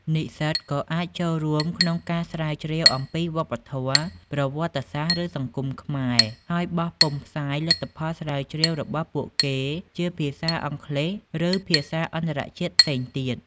និស្សិតក៏អាចចូលរួមក្នុងការស្រាវជ្រាវអំពីវប្បធម៌ ប្រវត្តិសាស្ត្រ ឬសង្គមខ្មែរ ហើយបោះពុម្ពផ្សាយលទ្ធផលស្រាវជ្រាវរបស់ពួកគេជាភាសាអង់គ្លេស ឬភាសាអន្តរជាតិផ្សេងទៀត។